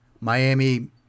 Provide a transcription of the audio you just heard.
Miami